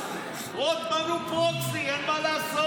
רוטמן הוא פרוקסי, אין מה לעשות.